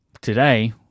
today